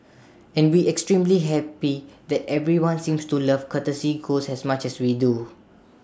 and we extremely happy that everyone seems to love courtesy ghost as much as we do